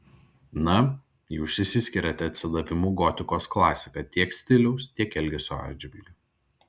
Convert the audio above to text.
na jūs išsiskiriate atsidavimu gotikos klasika tiek stiliaus tiek elgesio atžvilgiu